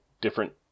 different